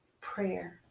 prayer